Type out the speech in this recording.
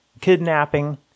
kidnapping